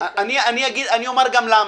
אומר למה.